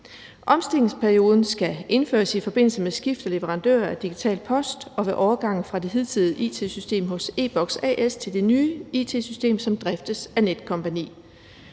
Omstillingsperioden skal indføres i forbindelse med skift af leverandør af digital post og ved overgangen fra det hidtidige it-system hos e-Boks A/S til det nye it-system, som driftes af Netcompany.